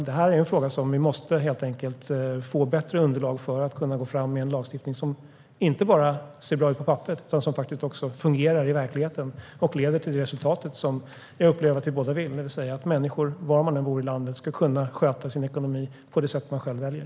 Det här är en fråga där vi helt enkelt måste få bättre underlag för att kunna gå fram med en lagstiftning som inte bara ser bra ut på papperet utan som också fungerar i verkligheten och leder till det resultat som jag upplever att vi båda vill, det vill säga att människor, var man än bor i landet, ska kunna sköta sin ekonomi på det sätt man själv väljer.